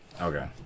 Okay